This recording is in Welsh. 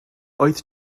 wyth